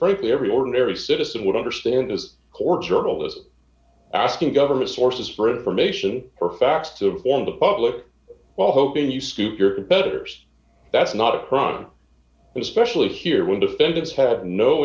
frankly every ordinary citizen would understand as court journalists asking government sources for information or facts to warn the public while hoping you suit your betters that's not a crime and especially here when defendants had no